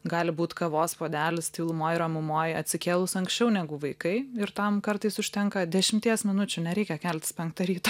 gali būt kavos puodelis tylumoj ramumoj atsikėlus anksčiau negu vaikai ir tam kartais užtenka dešimties minučių nereikia keltis penktą ryto